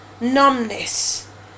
numbness